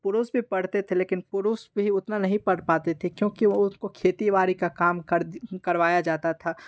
पुरुष भी पढ़ते थे लेकिन पुरुष भी उतना नहीं पढ़ पाते थे क्योंकि वह उसकी खेती बाड़ी का काम कर करवाया जाता था